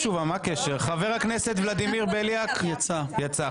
חבר הכנסת ולדימיר בליאק יצא.